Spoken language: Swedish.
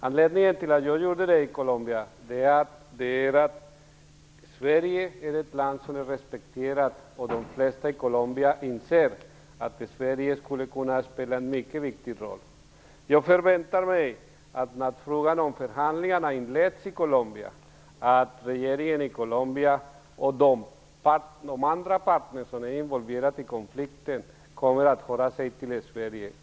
Anledningen till att jag gjorde detta är att Sverige är ett respekterat land och att de flesta i Colombia inser att Sverige skulle kunna spela dennna mycket viktiga roll. Jag förväntar mig att när frågan om förhandlingarna i Colombia tas upp kommer regeringen där och de andra i konflikten involverade parterna att vända sig till Sverige.